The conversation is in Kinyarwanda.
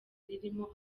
ririmo